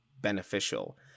beneficial